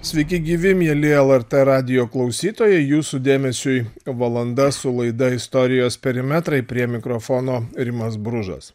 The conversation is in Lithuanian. sveiki gyvi mieli lrt radijo klausytojai jūsų dėmesiui valanda su laida istorijos perimetrai prie mikrofono rimas bružas